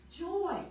Joy